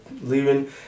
leaving